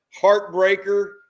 heartbreaker